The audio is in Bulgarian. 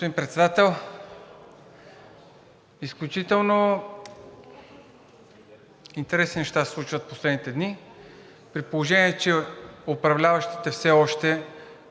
Господин Председател, изключително интересни неща се случват в последните дни. При положение че управляващите все още